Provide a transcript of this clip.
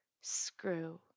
Screw